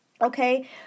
okay